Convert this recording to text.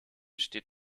steht